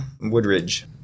Woodridge